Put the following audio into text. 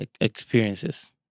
experiences